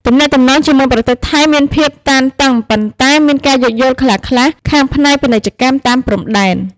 ទំនាក់ទំនងជាមួយប្រទេសថៃមានភាពតានតឹង ប៉ុន្តែមានការយោគយល់ខ្លះៗខាងផ្នែកពាណិជ្ជកម្មតាមព្រំដែន។